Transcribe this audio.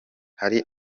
hari